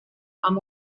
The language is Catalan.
amb